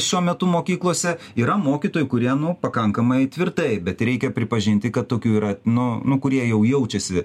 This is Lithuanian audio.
šiuo metu mokyklose yra mokytojų kurie nu pakankamai tvirtai bet reikia pripažinti kad tokių yra nu nu kurie jau jaučiasi